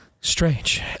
Strange